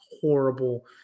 horrible